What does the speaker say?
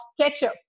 ketchup